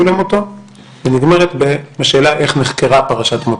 למותו ונגמרת בשאלה איך נחקרה פרשת מותו.